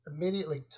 immediately